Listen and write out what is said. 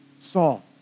Saul